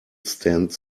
stand